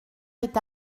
est